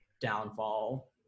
downfall